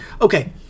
okay